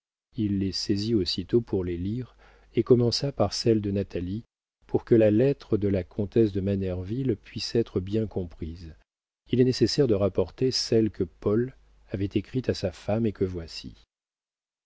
il les saisit aussitôt pour les lire et commença par celle de natalie pour que la lettre de la comtesse de manerville puisse être bien comprise il est nécessaire de rapporter celle que paul avait écrite à sa femme et que voici